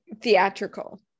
theatrical